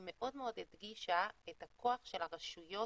היא מאוד מאוד הדגישה את הכוח של הרשויות